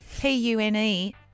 P-U-N-E